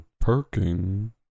perking